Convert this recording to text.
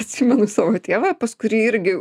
atsimenu savo tėvą pas kurį irgi